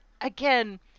again